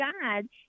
God